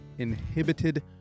Inhibited